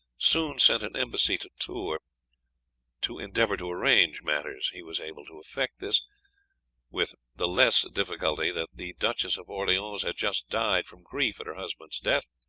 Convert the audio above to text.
soon sent an embassy to tours to endeavour to arrange matters. he was able to effect this with the less difficulty, that the duchess of orleans had just died from grief at her husband's death,